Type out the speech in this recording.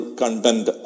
content